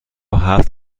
هفت